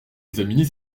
examiner